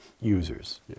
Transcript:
users